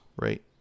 Right